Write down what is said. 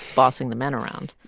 bossing the men around?